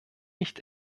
nicht